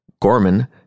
Gorman